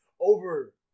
over